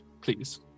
please